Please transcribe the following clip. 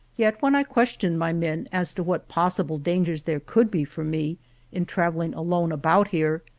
yet when i questioned my men as to what possible dangers there could be for me in travelling alone about here,